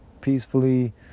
peacefully